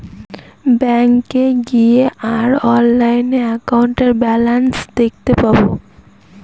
ব্যাঙ্কে গিয়ে আর অনলাইনে একাউন্টের ব্যালান্স দেখতে পাবো